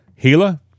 Gila